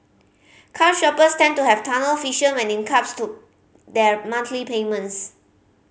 car shoppers tend to have tunnel vision when it comes to their monthly payments